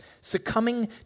succumbing